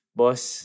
boss